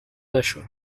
نشد